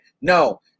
no